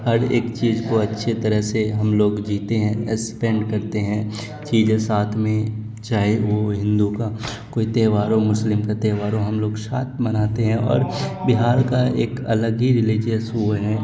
ہر ایک چیز کو اچھے طرح سے ہم لوگ جیتے ہیں اسپینڈ کرتے ہیں چیزیں ساتھ میں چاہے وہ ہندو کا کوئی تہوار ہو مسلم کا تہوار ہو ہم لوگ ساتھ مناتے ہیں اور بہار کا ایک الگ ہی ریلیجیس وہ ہے